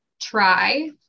try